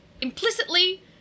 implicitly